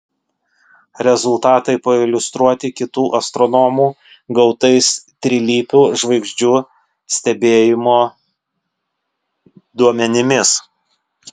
rezultatai pailiustruoti kitų astronomų gautais trilypių žvaigždžių stebėjimo duomenimis